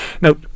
Now